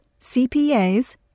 CPAs